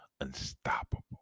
unstoppable